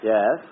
Yes